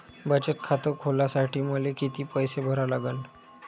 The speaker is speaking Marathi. बचत खात खोलासाठी मले किती पैसे भरा लागन?